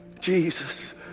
jesus